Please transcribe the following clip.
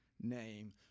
name